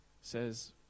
says